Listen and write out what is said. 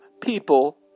people